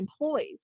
employees